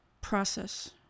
process